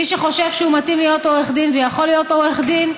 מי שחושב שהוא מתאים להיות עורך דין ויכול להיות עורך דין,